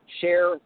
share